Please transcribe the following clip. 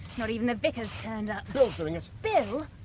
not even the vicar's turned up. bill's doing it. bill?